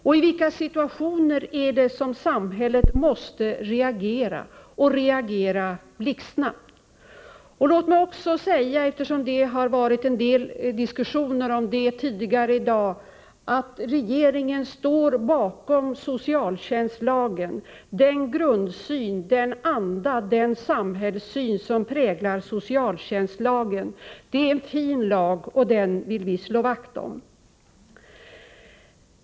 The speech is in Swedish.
I vilka situationer är det som samhället måste reagera — och reagera blixtsnabbt? Låt mig först inskjuta, eftersom det har varit en del diskussioner härom tidigare i dag, att regeringen står bakom den anda och den samhällssyn som präglar socialtjänstlagen. Det är en fin lag, som vi vill slå vakt om.